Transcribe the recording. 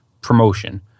promotion